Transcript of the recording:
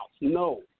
No